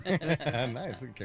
Nice